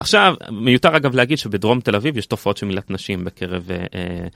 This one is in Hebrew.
עכשיו, מיותר אגב להגיד שבדרום תל אביב יש תופעות שמילת נשים בקרב...